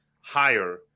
higher